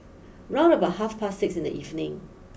round about half past six in the evening